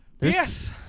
Yes